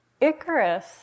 Icarus